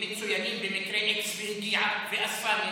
מצוינים במקרה x והגיעה ואספה נשק.